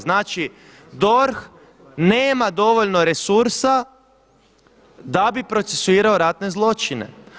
Znači DORH nema dovoljno resursa da bi procesuirao ratne zločine.